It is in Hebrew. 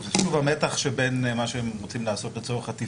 זה סוג המתח שיש בין מה הם רוצים לעשות לצורך התפעול.